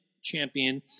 champion